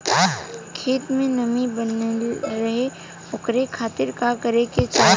खेत में नमी बनल रहे ओकरे खाती का करे के चाही?